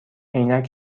عینک